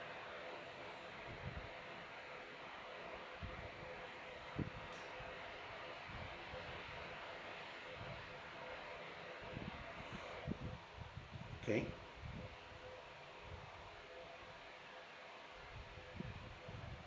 okay